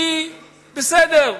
כי בסדר,